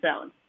own